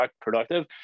productive